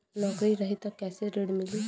नौकरी रही त कैसे ऋण मिली?